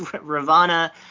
Ravana